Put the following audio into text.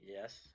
Yes